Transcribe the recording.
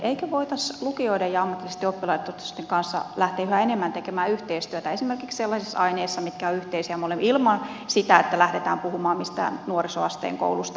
eikö voitaisi lukioiden ja ammatillisten oppilaitosten kanssa lähteä yhä enemmän tekemään yhteistyötä esimerkiksi sellaisissa aineissa mitkä ovat yhteisiä molemmille ilman sitä että lähdetään puhumaan mistään nuorisoasteen koulusta